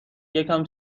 یکم